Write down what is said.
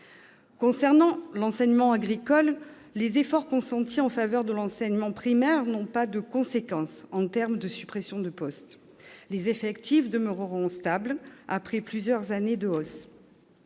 concerne l'enseignement agricole, les efforts consentis en faveur de l'enseignement primaire n'ont pas de conséquences en termes de suppressions de postes. Les effectifs demeureront stables, après plusieurs années de hausse.